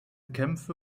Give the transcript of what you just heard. kämpfe